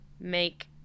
make